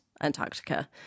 Antarctica